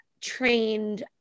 trained